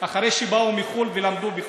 אחרי שבאו מחו"ל ולמדו בחו"ל.